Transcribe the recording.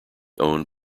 owned